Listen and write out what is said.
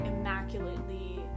immaculately